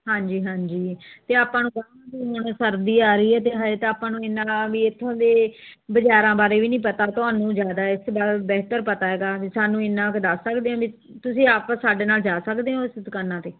ਹਾਂਜੀ ਹਾਂਜੀ ਤਾਂ ਆਪਾਂ ਨੂੰ ਅਗਾਂਹ ਹੁਣ ਸਰਦੀ ਆ ਰਹੀ ਹੈ ਅਤੇ ਹਜੇ ਤਾਂ ਆਪਾਂ ਨੂੰ ਇੰਨਾ ਵੀ ਇੱਥੋਂ ਦੇ ਬਾਜ਼ਾਰਾਂ ਬਾਰੇ ਵੀ ਨਹੀਂ ਪਤਾ ਤੁਹਾਨੂੰ ਜ਼ਿਆਦਾ ਇਸ ਵਾਰੇ ਬਿਹਤਰ ਪਤਾ ਹੈਗਾ ਸਾਨੂੰ ਇੰਨਾ ਕੁ ਦੱਸ ਸਕਦੇ ਹੋ ਵੀ ਤੁਸੀਂ ਆਪ ਸਾਡੇ ਨਾਲ ਜਾ ਸਕਦੇ ਹੋ ਇਸ ਦੁਕਾਨਾਂ 'ਤੇ